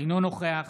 אינו נוכח